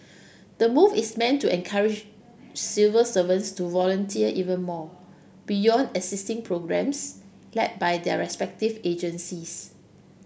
the move is meant to encourage civil servants to volunteer even more beyond existing programmes led by their respective agencies